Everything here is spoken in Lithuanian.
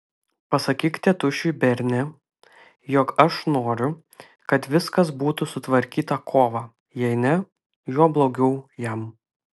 pasakyk tėtušiui berne jog aš noriu kad viskas būtų sutvarkyta kovą jei ne juo blogiau jam